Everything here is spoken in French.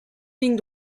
ligne